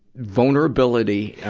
vulnerability, ah,